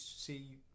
see